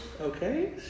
Okay